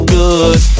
good